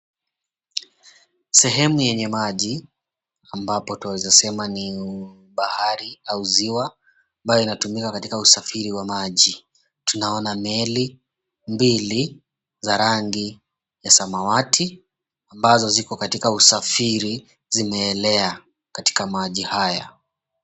Sehemu yenye maji ambapo twaweza sema ni bahari au ziwa ambayo inatumiwa katika usafiri wa maji, tunaona meli mbili za rangi ya samawati, ambazo zipo katika usafiri zimeelea katika maji haya.